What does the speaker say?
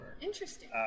Interesting